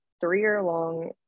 three-year-long